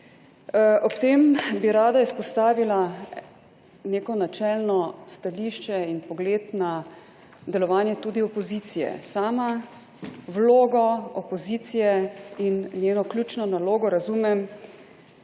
Ob tem bi rada izpostavila neko načelno stališče in pogled na delovanje tudi opozicije. Sama vlogo opozicije in njeno ključno nalogo razumem